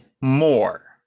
more